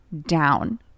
down